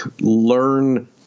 learn